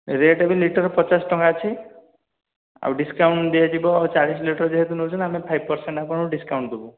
rate ଏବେ litre ପଚାଶ ଟଙ୍କା ଅଛି ଆଉ ଡ଼ିସ୍କାଉଣ୍ଟ୍ ଦିଆଯିବ ଆପଣ ଚାଳିଶ ଲିଟର୍ ଯେହେତୁ ନେଉଛନ୍ତି ଆମେ ଫାଇଭ୍ ପର୍ସେଣ୍ଟ୍ ଆପଣଙ୍କୁ ଡ଼ିସ୍କାଉଣ୍ଟ୍ ଦେବୁ